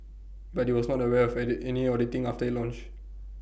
but he was not aware for edit any auditing after IT launched